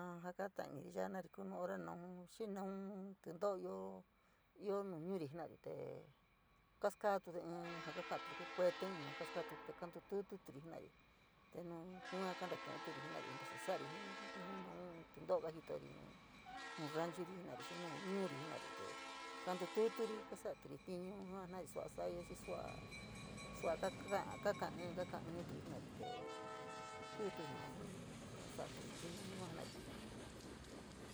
In ja katai iniri ya’a jenari kuu hora naun xii naun tínto’o iob, ioo nu ñuri jenari te kaskaatude in ja ka ka’aturi kuu ín kueteun nu yua kaskade te kantuturi jena’ari, te nu yua kantatu’uri jenari ntasa sa’ari jii in naun tetoro kajitori nu nu ranchuri jenari xii nu ñuuri jena’ari te kantuturi kasaturi tiñu ujua sua, sua xii sua’a ka’a kaka in kaka inturi jenari te kutu yua suni kasaturi tiun yua jenari.